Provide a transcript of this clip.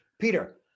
Peter